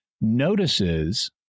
notices